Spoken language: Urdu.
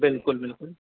بالکل بالکل